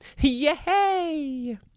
Yay